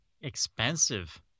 Expensive